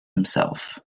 himself